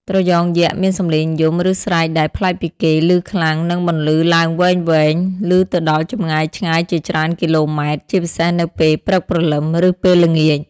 ត្រយងយក្សមានសំឡេងយំ ឬស្រែកដែលប្លែកពីគេ ឮខ្លាំង និងបន្លឺឡើងវែងៗ ឮទៅដល់ចម្ងាយឆ្ងាយជាច្រើនគីឡូម៉ែត្រ ជាពិសេសនៅពេលព្រឹកព្រលឹម ឬពេលល្ងាច។